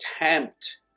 attempt